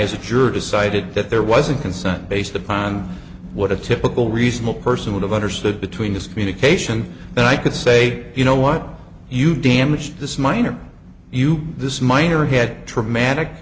as a juror decided that there was a consent based upon what a typical reasonable person would have understood between us communication then i could say you know what you damage this minor you this minor head dramatic